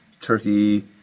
Turkey